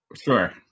Sure